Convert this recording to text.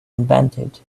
invented